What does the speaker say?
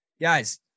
Guys